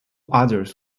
others